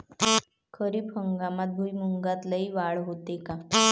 खरीप हंगामात भुईमूगात लई वाढ होते का?